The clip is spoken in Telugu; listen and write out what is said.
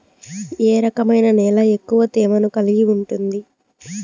ఏ రకమైన నేల ఎక్కువ తేమను కలిగి ఉంటుంది?